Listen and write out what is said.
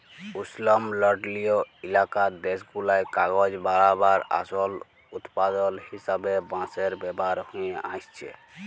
উস্লমলডলিয় ইলাকার দ্যাশগুলায় কাগজ বালাবার আসল উৎপাদল হিসাবে বাঁশের ব্যাভার হঁয়ে আইসছে